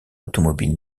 automobile